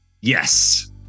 Yes